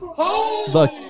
Look